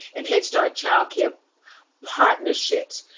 and head start child care partnerships.